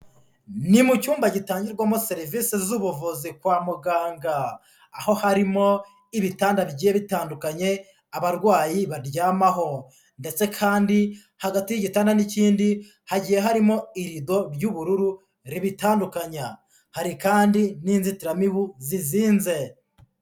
Ni mu cyumba gitangirwamo serivisi z'ubuvuzi kwa muganga, aho harimo ibitanda bigiye bitandukanye abarwayi baryamaho ndetse kandi hagati y'igitanda n'ikindi hagiye harimo irido ry'ubururu ribitandukanya, hari kandi n'inzitiramibu zizinze.